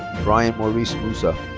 brian maurice musa.